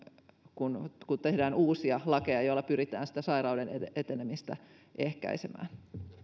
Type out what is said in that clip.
kun kun tehdään uusia lakeja joilla pyritään sitä sairauden etenemistä ehkäisemään